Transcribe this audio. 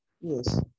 Yes